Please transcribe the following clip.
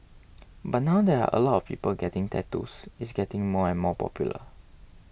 but now there are a lot of people getting tattoos it's getting more and more popular